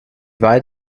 weit